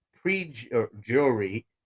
pre-jury